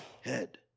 head